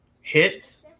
hits